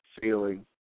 feeling